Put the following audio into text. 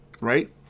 right